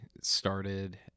started